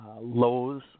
lows